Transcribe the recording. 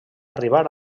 arribar